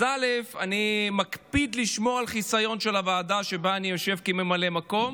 אז אני מקפיד לשמור על החיסיון של הוועדה שבה אני יושב כממלא מקום,